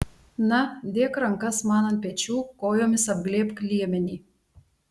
na dėk rankas man ant pečių kojomis apglėbk liemenį